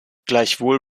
gleichwohl